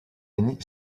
est